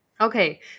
Okay